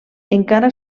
encara